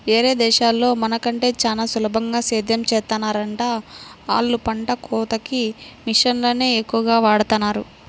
యేరే దేశాల్లో మన కంటే చానా సులభంగా సేద్దెం చేత్తన్నారంట, ఆళ్ళు పంట కోతకి మిషన్లనే ఎక్కువగా వాడతన్నారు